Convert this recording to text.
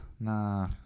Nah